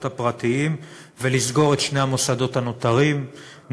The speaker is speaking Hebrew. הפרטיים ולסגור את שני המוסדות הנותרים,